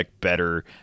better